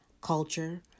Culture